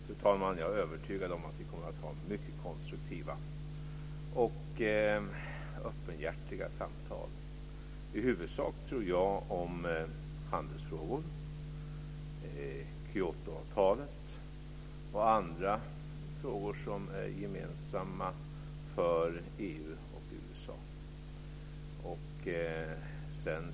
Fru talman! Jag är övertygad om att vi kommer att ha mycket konstruktiva och öppenhjärtiga samtal, i huvudsak om handelsfrågor, Kyotoavtalet och andra frågor som är gemensamma för EU och USA.